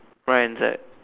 right hand side